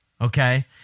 Okay